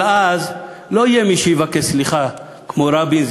אבל אז לא יהיה מי שיבקש סליחה כמו רבין,